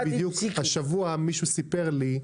השבוע מישהו סיפר לי,